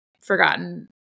forgotten